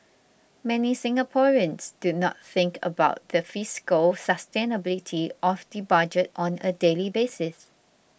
many Singaporeans do not think about the fiscal sustainability of the budget on a daily basis